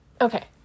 Okay